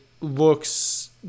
looks